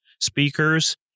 speakers